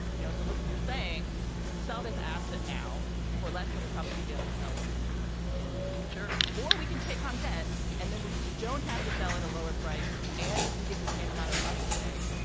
you know so, look, if you're saying we can sell this asset now for less than we'd probably be able to sell it in the future or we can take on debt and then we don't have to sell at a lower price and we can give the same amount of money away.